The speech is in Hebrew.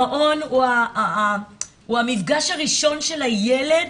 המעון הוא המפגש הראשון של הילד